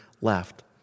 left